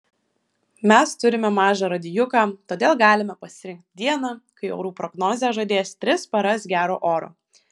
mes turime mažą radijuką todėl galime pasirinkti dieną kai orų prognozė žadės tris paras gero oro